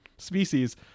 species